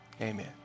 Amen